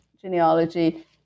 genealogy